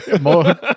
More